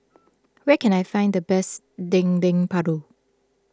where can I find the best Dendeng Paru